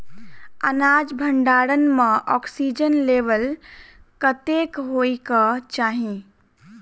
अनाज भण्डारण म ऑक्सीजन लेवल कतेक होइ कऽ चाहि?